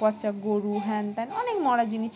পচা গরু হ্যান ত্যান অনেক মরা জিনিস